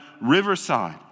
riverside